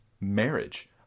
Marriage